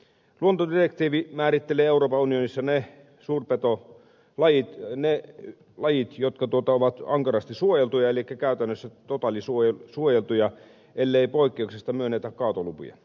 luontodirektiivi määrittelee euroopan unionissa ne suurpetolajit jotka ovat ankarasti suojeltuja elikkä käytännössä totaalisuojeltuja ellei poikkeuksesta myönnetä kaatolupia